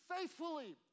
faithfully